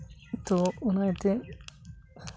ᱛᱳ ᱚᱱᱟᱛᱮ